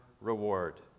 reward